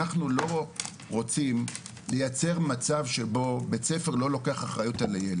אנחנו לא רוצים לייצר מצב שבו בית-ספר לא לוקח אחריות על הילד.